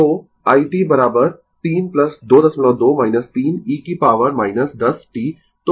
तो i t 3 22 3 e की power 10 t